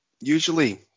Usually